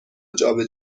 جابه